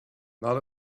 not